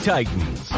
Titans